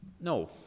no